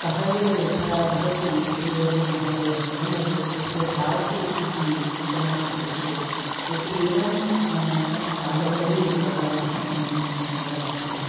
सः एव यथा वदति एस् एल् बैरप्पमहोदय स्वयं वदति तस्य दाटु इति उपन्यासस्य विषये यत् एवं कादम्बरी इति वदामः वयं कन्नडभाषायाम्